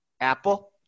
Apple